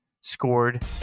Scored